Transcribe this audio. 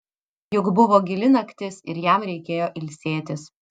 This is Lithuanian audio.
juk buvo gili naktis ir jam reikėjo ilsėtis